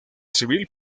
civil